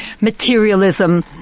Materialism